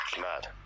Mad